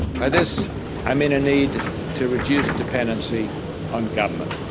by this i mean a need to reduce dependency on government.